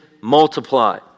multiply